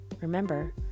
Remember